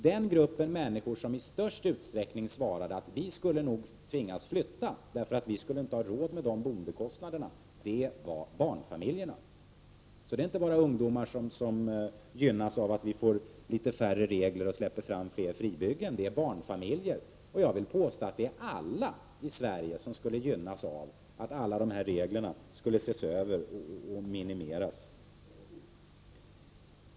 Den grupp människor som i största utsträckning svarade att de nog skulle tvingas flytta därför att de inte skulle ha råd med de boendekostnaderna var barnfamiljerna. Det är alltså inte bara ungdomar som gynnas av färre regler och fler fribyggen, utan det är också barnfamiljer. Jag vill dessutom påstå att alla människor i Sverige skulle gynnas av att reglerna sågs över och minimerades.